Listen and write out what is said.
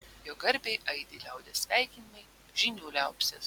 jo garbei aidi liaudies sveikinimai žynių liaupsės